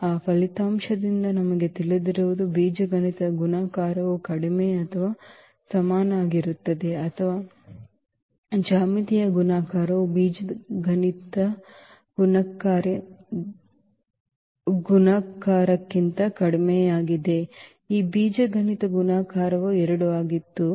ಆ ಫಲಿತಾಂಶದಿಂದ ನಮಗೆ ತಿಳಿದಿರುವುದು ಬೀಜಗಣಿತದ ಗುಣಾಕಾರವು ಕಡಿಮೆ ಅಥವಾ ಸಮನಾಗಿರುತ್ತದೆ ಅಥವಾ ಜ್ಯಾಮಿತೀಯ ಗುಣಾಕಾರವು ಬೀಜಗಣಿತ ಗುಣಾಕಾರಕ್ಕಿಂತ ಕಡಿಮೆಯಾಗಿದೆ ಈ ಬೀಜಗಣಿತ ಗುಣಾಕಾರವು 2 ಆಗಿತ್ತು 2